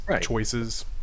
choices